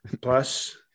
plus